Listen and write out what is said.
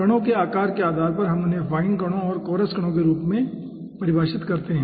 कणों के आकार के आधार पर हम उन्हें फाइन कणों और कोरस कणों के रूप में परिभाषित करते हैं